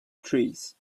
trees